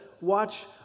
watch